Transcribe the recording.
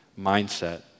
mindset